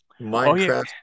Minecraft